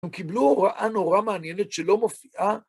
הם קיבלו הוראה נורא מעניינת שלא מופיעה.